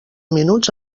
minuts